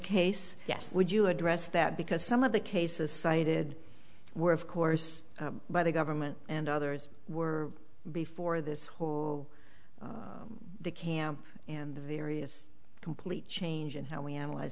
case yes would you address that because some of the cases cited were of course by the government and others were before this whole the camp and the various complete change in how we analyze